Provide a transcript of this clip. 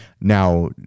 Now